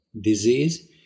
Disease